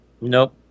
nope